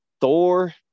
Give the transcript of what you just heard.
thor